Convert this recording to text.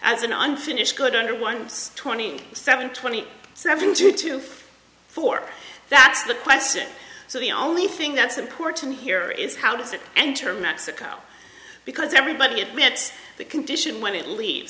as an unfinished good under one twenty seven twenty seven two to four that's the question so the only thing that's important here is how does it enter mexico because everybody admits the condition when it leave